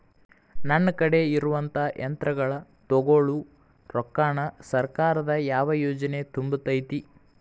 ನನ್ ಕಡೆ ಇರುವಂಥಾ ಯಂತ್ರಗಳ ತೊಗೊಳು ರೊಕ್ಕಾನ್ ಸರ್ಕಾರದ ಯಾವ ಯೋಜನೆ ತುಂಬತೈತಿ?